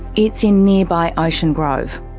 it's in nearby ocean grove.